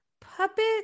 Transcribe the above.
puppet